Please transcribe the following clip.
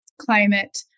climate